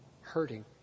hurting